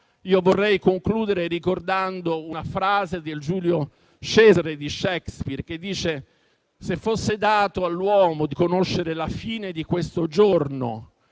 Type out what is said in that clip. vorrei concludere ricordando una frase del «Giulio Cesare» di Shakespeare, che recita «Se fosse dato all'uomo di conoscere la fine di questo giorno